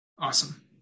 awesome